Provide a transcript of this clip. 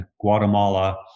Guatemala